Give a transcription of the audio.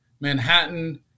Manhattan